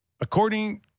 According